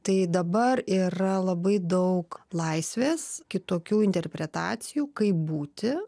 tai dabar yra labai daug laisvės kitokių interpretacijų kaip būti